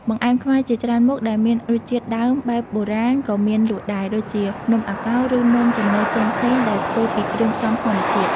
បង្អែមខ្មែរជាច្រើនមុខដែលមានរសជាតិដើមបែបបុរាណក៏មានលក់ដែរ ដូចជានំអាកោឬនំចំណីផ្សេងៗដែលធ្វើពីគ្រឿងផ្សំធម្មជាតិ។